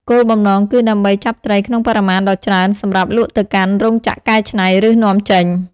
គោលបំណងគឺដើម្បីចាប់ត្រីក្នុងបរិមាណដ៏ច្រើនសម្រាប់លក់ទៅកាន់ រោងចក្រកែច្នៃ ឬនាំចេញ។